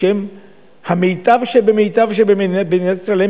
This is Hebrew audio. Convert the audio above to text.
שהם המיטב שבמיטב שבמיטב שבמדינת ישראל,